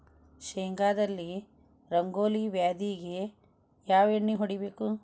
ಶೇಂಗಾದಲ್ಲಿ ರಂಗೋಲಿ ವ್ಯಾಧಿಗೆ ಯಾವ ಎಣ್ಣಿ ಹೊಡಿಬೇಕು?